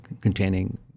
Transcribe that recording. containing